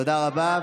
תודה רבה.